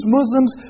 Muslims